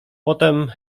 potem